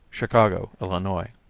chicago, illinois.